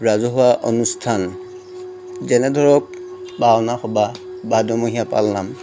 ৰাজহুৱা অনুষ্ঠান যেনে ধৰক ভাওনা সবাহ ভাদমহীয়া পালনাম